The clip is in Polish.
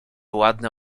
ładny